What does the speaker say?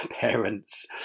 parents